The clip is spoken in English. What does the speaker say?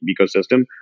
ecosystem